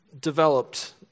developed